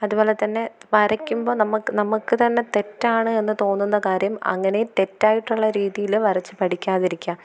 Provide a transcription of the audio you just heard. അതു പോലെ തന്നെ വരയ്ക്കുമ്പോൾ നമുക്ക് നമുക്ക് തന്നെ തെറ്റാണ് എന്ന് തോന്നുന്ന കാര്യം അങ്ങനെ തെറ്റായിട്ടുള്ള രീതിയിൽ വരച്ചു പഠിക്കാതിരിക്കുക